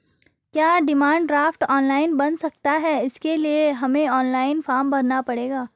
क्या demand draft online बन सकता है इसके लिए हमें ऑनलाइन फॉर्म भरना पड़ेगा?